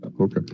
Okay